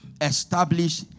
establish